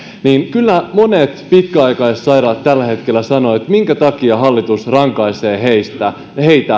kyllä monet pitkäaikaissairaat tällä hetkellä sanovat että minkä takia hallitus rankaisee heitä heidän